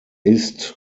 ist